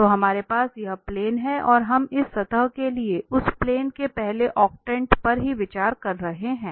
तो हमारे पास यह प्लेन है और हम इस सतह के लिए उस प्लेन के पहले ऑक्टेंट पर ही विचार कर रहे हैं